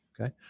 okay